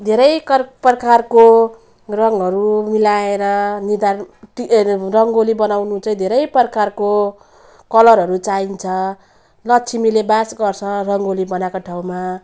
धेरै पर प्रकारको रङहरू मिलाएर निधार टी अरे रङ्गोली बनाउनु चाहिँ धेरै प्रकारको कलरहरू चाहिन्छ लक्ष्मीले वास गर्छ रङ्गोली बनाएको ठाउँमा